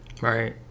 Right